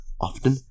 often